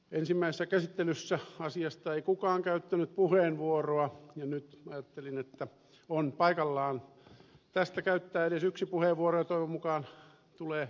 ensimmäisessä käsittelyssä asiasta ei kukaan käyttänyt puheenvuoroa ja nyt ajattelin että on paikallaan tästä käyttää edes yksi puheenvuoro ja toivon mukaan tulee joku muukin